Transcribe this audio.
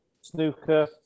snooker